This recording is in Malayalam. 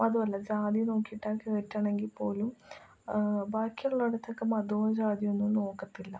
അതുമല്ല ജാതി നോക്കിയിട്ടാ കയറ്റണമെങ്കിൽ പോലും ബാക്കിയുള്ളിടത്തൊക്കെ മതവും ജാതിയും ഒന്നും നോക്കത്തില്ല